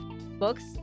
books